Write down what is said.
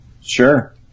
Sure